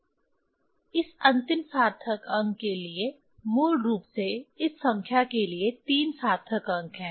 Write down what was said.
इस अंतिम सार्थक अंक के लिए मूल रूप से इस संख्या के लिए 3 सार्थक अंक हैं